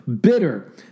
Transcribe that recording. bitter